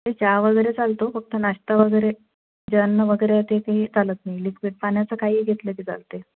चहा वगैरे चालतो फक्त नाश्ता वगैरे जे अन्न वगैरे ते ती चालत नाही लिक्विड पाण्याचं काही घेतलं ते चालतं आहे